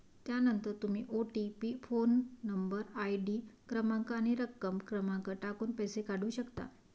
त्यानंतर तुम्ही OTP phone number, ID क्रमांक आणि रक्कम क्रमांक टाकून पैसे काढू शकता